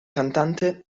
cantante